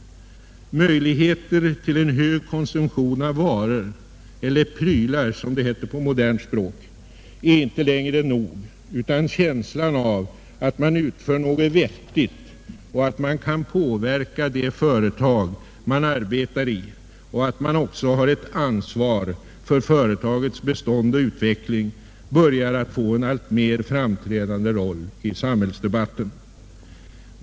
Möjligheter till en hög konsumtion av varor eller prylar, som det heter på modernt språk, är inte längre nog, utan känslan av att man utför något vettigt och att man kan påverka det företag man arbetar i och att man också har ett ansvar för företagets bestånd och utveckling börjar att få en allt mer framträdande roll i samhällsdebatten.